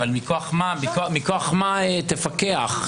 מכוח מה תפקח?